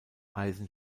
eisen